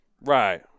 Right